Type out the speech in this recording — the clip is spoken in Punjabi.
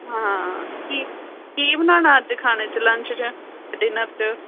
ਹਾਂ ਕੀ ਕੀ ਬਣਾਉਣਾ ਅੱਜ ਖਾਣੇ 'ਚ ਲੰਚ 'ਚ ਡਿਨਰ 'ਚ